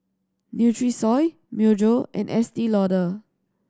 Nutrisoy Myojo and Estee Lauder